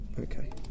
Okay